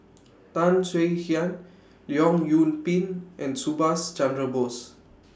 Tan Swie Hian Leong Yoon Pin and Subhas Chandra Bose